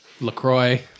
LaCroix